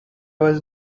was